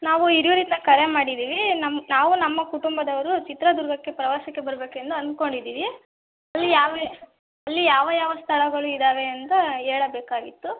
ನಾವು ಹಿರಿಯೂರಿಂದ ಕರೆ ಮಾಡಿದ್ದೀವಿ ನಮ್ಮ ನಾವು ನಮ್ಮ ಕುಟುಂಬದವರು ಚಿತ್ರದುರ್ಗಕ್ಕೆ ಪ್ರವಾಸಕ್ಕೆ ಬರಬೇಕೆಂದು ಅನ್ಕೊಂಡಿದ್ದೀವಿ ಅಲ್ಲಿ ಯಾವ ಅಲ್ಲಿ ಯಾವ ಯಾವ ಸ್ಥಳಗಳು ಇದಾವೆ ಅಂತ ಹೇಳಬೇಕಾಗಿತ್ತು